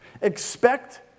Expect